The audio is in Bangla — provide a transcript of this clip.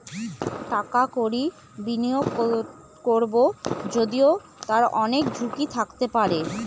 টাকা কড়ি বিনিয়োগ করবো যদিও তার অনেক ঝুঁকি থাকতে পারে